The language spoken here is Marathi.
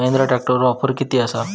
महिंद्रा ट्रॅकटरवर ऑफर किती आसा?